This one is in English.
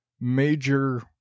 major